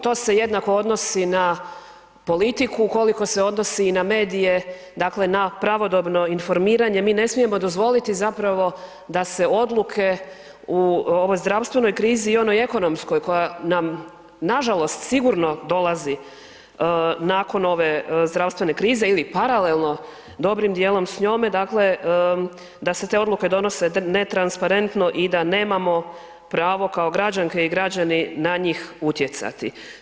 To se jednako odnosi na politiku ukoliko se odnosi i na medije, dakle na pravodobno informiranje, mi ne smijemo dozvoliti zapravo da se odluke u ovoj zdravstvenoj krizi i onoj ekonomskoj koja nam nažalost sigurno dolazi nakon ove zdravstvene krize ili paralelno dobrim dijelom s njome, dakle da se te odluke donose netransparentno i da nemamo pravo kao građanke i građani na njih utjecati.